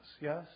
Yes